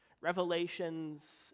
revelations